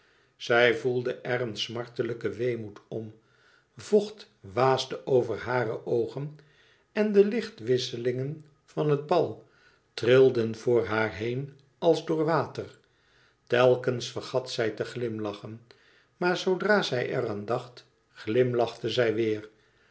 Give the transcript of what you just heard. zij voelde er een smartelijken weemoed om vocht waasde over hare oogen en de lichtwisselingen van het bal trilden voor haar heen als door water telkens vergat zij te glimlachen maar zoodra zij er aan dacht glimlachte zij weêr